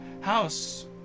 house